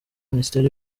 minisiteri